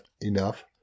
enough